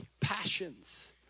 passions